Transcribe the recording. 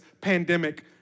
pandemic